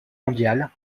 mondiale